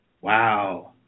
Wow